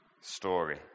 story